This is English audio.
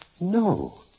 No